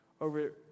over